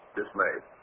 dismayed